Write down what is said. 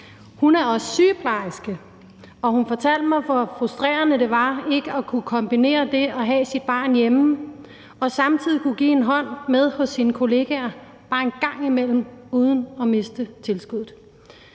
Hun er også sygeplejerske. Og hun fortalte mig, hvor frustrerende det var ikke at kunne kombinere det at have sit barn hjemme og samtidig kunne give en hånd med hos sine kollegaer bare en gang imellem uden at miste tilskuddet.